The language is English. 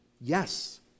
Yes